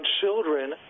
children